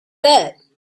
good